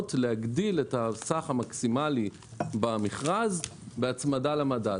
להגדיל את הסך המקסימלי במכרז בהצמדה למדד.